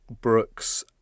Brooks